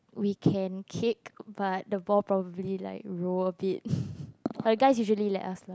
we can kick but the ball probably like roll a bit like guys usually let us lah